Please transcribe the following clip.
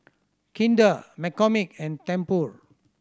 Kinder McCormick and Tempur